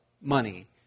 money